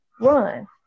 Run